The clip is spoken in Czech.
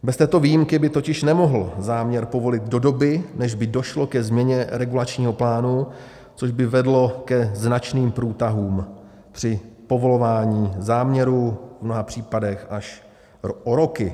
Bez této výjimky by totiž nemohl záměr povolit do doby, než by došlo ke změně regulačního plánu, což by vedlo ke značným průtahům při povolování záměrů, v mnoha případech až o roky.